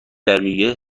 دقیقه